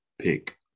pick